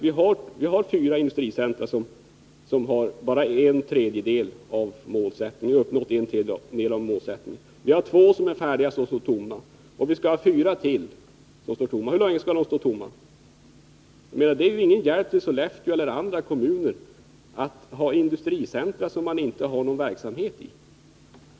En annan konstig sak är att bara en tredjedel av det uppsatta målet har klarats av vid fyra industricentra. Två av dem är färdigbyggda och två står tomma. Därutöver skall vi få ytterligare fyra. Hur länge skall dessa industricentra stå tomma? Det är ju ingen hjälp för Sollefteå eller andra kommuner att ha industricentra som det inte bedrivs någon verksamhet i.